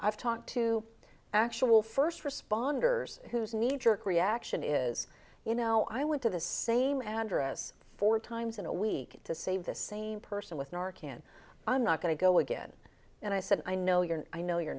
have talked to actual first responders whose kneejerk reaction is you know i went to the same address four times in a week to save the same person with nor can i'm not going to go again and i said i know you're i know you're